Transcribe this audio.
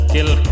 Kill